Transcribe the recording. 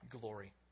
glory